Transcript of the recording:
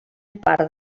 part